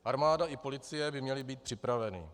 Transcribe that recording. Armáda i policie by měly být připraveny.